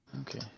Okay